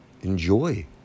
Enjoy